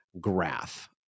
graph